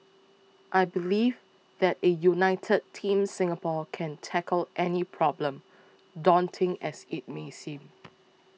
I believe that a united Team Singapore can tackle any problem daunting as it may seem